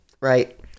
Right